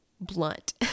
blunt